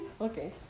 Okay